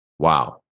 wow